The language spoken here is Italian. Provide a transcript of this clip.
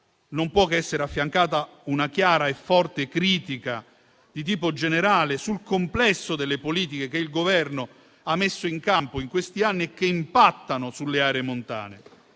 non può che essere affiancata una chiara e forte critica di tipo generale sul complesso delle politiche che il Governo ha messo in campo in questi anni e che impattano sulle aree montane.